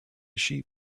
sheep